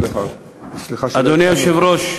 אדוני היושב-ראש,